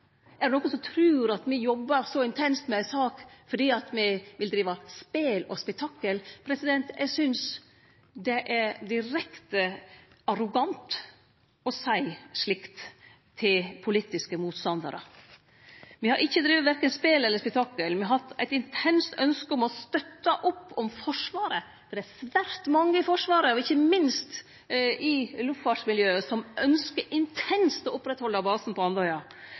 Er det nokon som trur at me jobbar så intenst med ei sak fordi me vil drive med spel og spetakkel? Eg synest det er direkte arrogant å seie slikt til politiske motstandarar. Me har ikkje drive med verken spel eller spetakkel. Me har hatt eit intenst ønskje om å støtte opp om Forsvaret. Det er svært mange i Forsvaret, ikkje minst i luftfartsmiljøet, som intenst ønskjer å oppretthalde basen på Andøya.